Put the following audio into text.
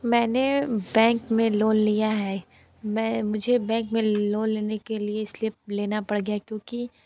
मैंने बैंक में लोन लिया है मैं मुझे बैंक में लोन लेने के लिए इसलिए लेना पड़ गया क्योंकि